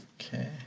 Okay